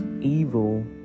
evil